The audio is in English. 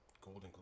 Golden